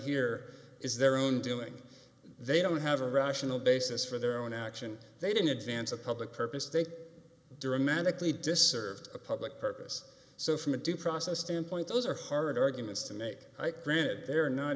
here is their own doing they don't have a rational basis for their own action they didn't advance a public purpose they dramatically disserved a public purpose so from a due process standpoint those are hard arguments to make i granted they're not